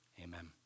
Amen